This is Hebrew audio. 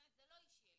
באמת זה לא אישי אליך,